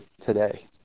today